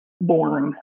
born